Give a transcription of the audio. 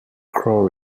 crow